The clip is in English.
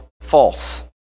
false